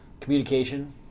Communication